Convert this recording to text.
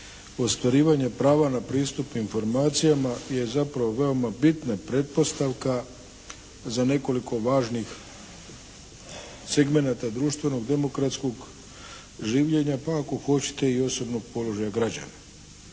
Ostvarivanje prava na pristup informacijama je zapravo veoma bitna pretpostavka za nekoliko važnih segmenata društvenog, demokratskog življenja, pa ako hoćete i osobnog položaja građana.